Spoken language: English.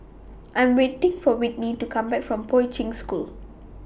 I Am waiting For Whitney to Come Back from Poi Ching School